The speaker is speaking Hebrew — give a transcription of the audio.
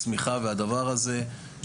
צמיחה והדבר הזה,